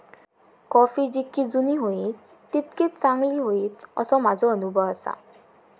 coffee जितकी जुनी होईत तितकी चांगली होईत, असो माझो अनुभव आसा